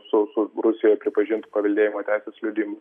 su su rusijoje pripažintu paveldėjimo teisės liudijimu